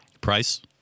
Price